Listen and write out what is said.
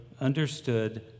understood